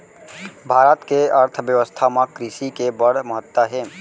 भारत के अर्थबेवस्था म कृसि के बड़ महत्ता हे